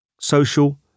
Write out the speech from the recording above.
social